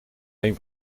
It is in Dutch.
één